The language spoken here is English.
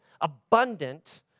abundant